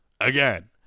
Again